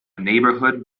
neighbourhood